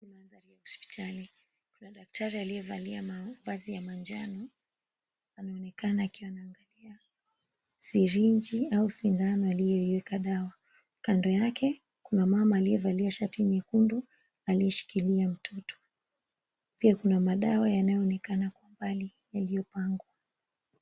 Mandhari ya hospitali. Kuna daktari aliyevaa mavazi ya manjano anaonekana akiwa anaangalia sindano au sindano aliyoiweka dawa. Kando yake kuna mama aliyevalia shati nyekundu aliyeshikilia mtoto. Pia kuna madawa yanayoonekana kwa mbali yaliyopangwa.